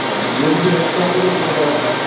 ਹਾਂਜੀ ਜੇ ਤੁਸੀਂ ਐਕਸਟਰਾ ਉਹਦੇ ਵਿੱਚ ਕੁਝ ਐਡ ਕਰਨਾ